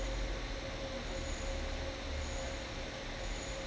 mm